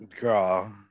girl